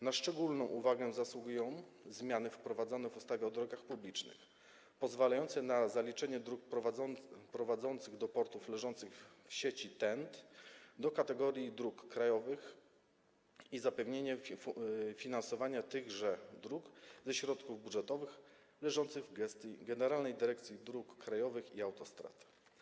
Na szczególną uwagę zasługują zmiany wprowadzane w ustawie o drogach publicznych pozwalające na zaliczenie dróg prowadzących do portów leżących w sieci TEN-T do kategorii dróg krajowych i zapewnienie finansowania tych dróg ze środków budżetowych, co leży w gestii Generalnej Dyrekcji Dróg Krajowych i Autostrad.